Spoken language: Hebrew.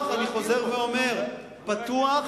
אני חוזר ואומר: פתוח